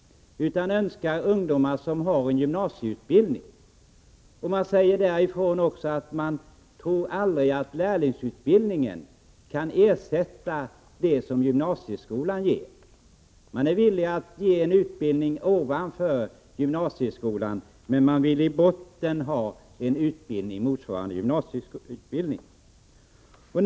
De önskar ungdomar som har en gymnasieutbildning. Man säger också att man aldrig tror att lärlingsutbildningen kan ersätta det som gymnasieskolan ger. Man är villig att ge en utbildning ovanför gymnasieskolan men man vill att ungdomarna i botten har en utbildning motsvarande gymnasieutbildningen.